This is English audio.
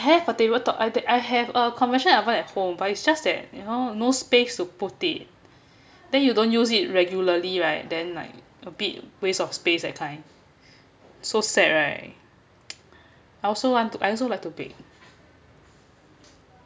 have a table top I have a conventional oven at home it's just that you know no space to put it then you don't use it regularly right then like a bit waste of space that kind so sad right I also want to I also like to bake